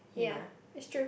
ya that's true